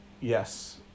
yes